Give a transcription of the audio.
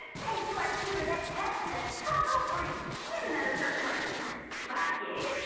thanks to our tutor that test with a total breeze yet another perk of our secret. spy gig